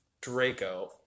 Draco